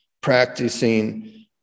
practicing